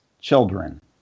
children